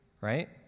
right